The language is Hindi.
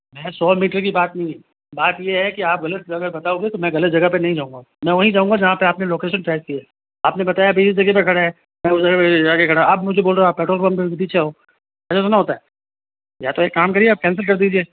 मैं सौ मीटर की बात नहीं है बात यह है कि आप गलत जगह बताओगे तो मैं गलत जगह पर नहीं जाऊँगा मैं वहीं जाऊँगा जहाँ पर आपने लोकेशन टाइप की है आपने बताया भाई इस जगह पर खड़े है मैं उस जगह ले जाकर खड़ा हूँ आप मुझे बोल रहे हो पेट्रोल पंप के पीछे हो आओ ऐसे थोड़ी न होता है या तो एक काम करिए आप कैन्सल कर दीजीए